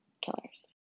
killers